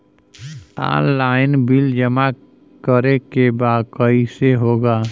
Online bill जमा करे के बा कईसे होगा?